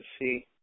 see